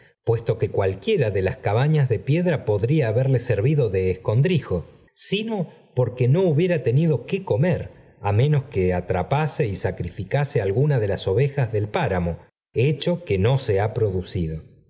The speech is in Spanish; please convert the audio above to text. puesto que cualquiera de las cabañas de piedra podría haberle senado de escondrijo sino porque no hubiera tenido qué comer á menos que atrapase y sacrificase alguna de las ovejas del páramo hecho que no se ha producido